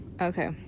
Okay